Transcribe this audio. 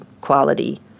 quality